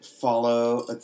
follow